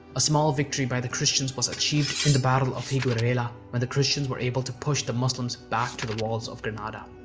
a small victory by the christians was achieved in the battle of higueruela when the christians were able to push the muslims back to the walls of granada.